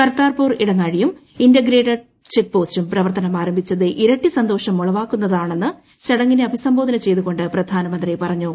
കർതാർപുർ ഇടനാഴ്ചീയും ഇന്റഗ്രേറ്റഡ് ചെക്ക്പോസ്റ്റും പ്രവർത്തനമാരംഭിച്ചത് ഇർട്ടി ്സന്തോഷം ഉളവാക്കുന്നതാണെന്ന് ചടങ്ങിനെ ആഭീസ്സംബോധന ചെയ്തുകൊണ്ട് പ്രധാനമന്ത്രി പറഞ്ഞു